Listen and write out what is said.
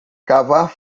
cavar